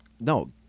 No